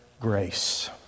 Grace